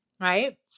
Right